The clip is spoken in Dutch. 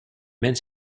mens